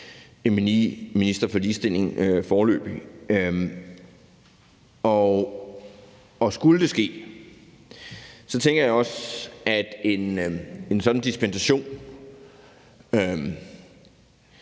minister for ligestilling foreløbig, er stor. Skulle det ske, tænker jeg, at en sådan dispensation